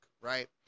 right